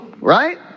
right